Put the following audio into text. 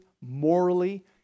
morally